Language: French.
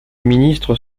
ministres